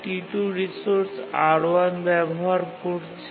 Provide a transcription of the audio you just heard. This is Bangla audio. T2 রিসোর্স R1 ব্যবহার করছে